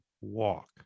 walk